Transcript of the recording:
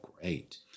great